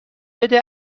بده